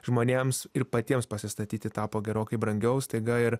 žmonėms ir patiems pasistatyti tapo gerokai brangiau staiga ir